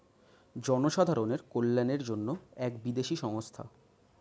জনসাধারণের কল্যাণের জন্য এক বিদেশি সংস্থা